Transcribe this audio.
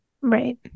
Right